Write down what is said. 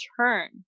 turn